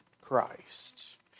Christ